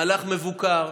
מהלך מבוקר,